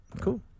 cool